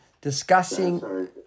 discussing